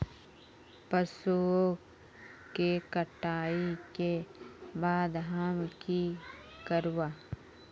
पशुओं के कटाई के बाद हम की करवा?